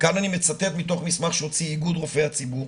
וכאן אני מצטט מתוך מסמך שהוציא איגוד רופאי הציבור,